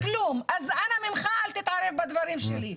אנא ממך אל תתערב בדברים שלי.